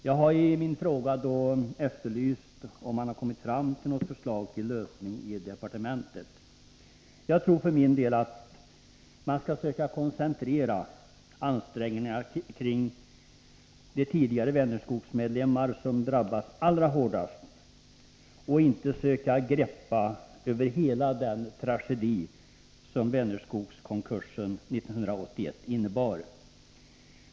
Jag har i min fråga efterlyst om departementet har kommit fram till något förslag till lösning. För egen del tror jag att man skall koncentrera ansträngningarna kring de tidigare Vänerskogsmedlemmar som drabbats allra hårdast och inte söka greppa över hela den tragedi som Vänerskogskonkursen 1981 innebar.